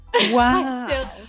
Wow